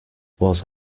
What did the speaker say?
was